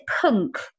punk